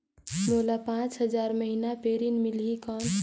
मोला पांच हजार महीना पे ऋण मिलही कौन?